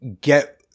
get